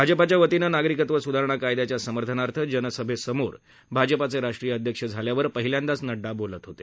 भाजपाच्यावतीनं नागरिकत्व सुधारणा कायद्याच्या समर्थनार्थ जनसभैसमोर भाजपाचे राष्ट्रीय अध्यक्ष झाल्यावर पहिल्यांदाच नड्डा बोलत होते